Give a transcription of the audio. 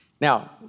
Now